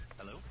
Hello